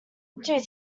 due